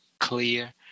clear